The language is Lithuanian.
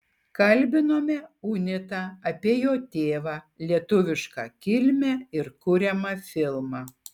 kalbinome unitą apie jo tėvą lietuvišką kilmę ir kuriamą filmą